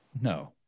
No